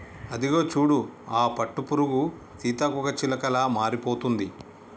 అదిగో చూడు ఆ పట్టుపురుగు సీతాకోకచిలుకలా మారిపోతుంది